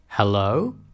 Hello